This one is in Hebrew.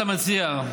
אתה מציע,